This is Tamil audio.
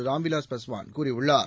ராம்விலாஸ் பாஸ்வான் கூறியுள்ளார்